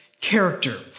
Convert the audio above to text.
character